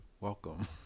welcome